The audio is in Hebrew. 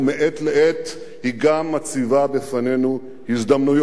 מעת לעת היא גם מציבה בפנינו הזדמנויות,